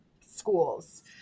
schools